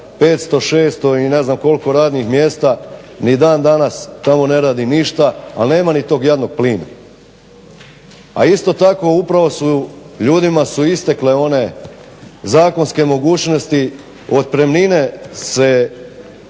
500, 600 i ne znam koliko novih radnih mjesta. Ni dan danas tamo ne radi ništa, ali nema ni tog jadnog plina. A isto tako upravo ljudima su istekle one zakonske mogućnosti otpremnine